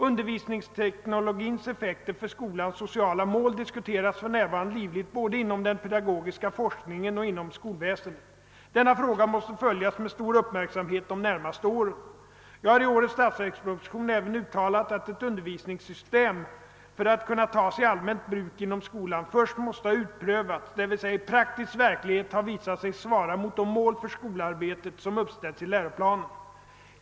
Undervisningsteknologins effekter för skolans sociala mål diskuteras för närvarande livligt både inom den pedagogiska forskningen och inom skolväsendet. Denna fråga måste följas med stor uppmärksamhet de närmaste åren. Jag har i årets statsverksproposition även uttalat att ett undervisningssystem för att kunna tas i allmänt bruk inom skolan först måste ha utprövats, d.v.s. i praktisk verklighet ha visat sig svara mot de mål för skolarbetet som uppställts i läroplanen.